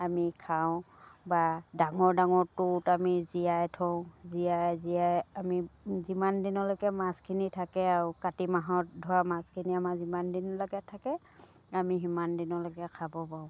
আমি খাওঁ বা ডাঙৰ ডাঙৰ টৌত আমি জীয়াই থওঁ জীয়াই জীয়াই আমি যিমান দিনলৈকে মাছখিনি থাকে আৰু কাতি মাহত ধৰা মাছখিনি আমাৰ যিমান দিনলৈকে থাকে আমি সিমান দিনলৈকে খাব পাৰোঁ